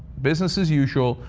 business as usual.